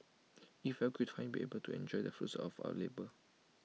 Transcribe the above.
IT felt great to finally be able to enjoy the fruits of our labour